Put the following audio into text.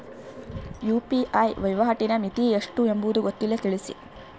UPI ವಹಿವಾಟಿನ ಮಿತಿ ಎಷ್ಟು ಎಂಬುದು ಗೊತ್ತಿಲ್ಲ? ತಿಳಿಸಿ?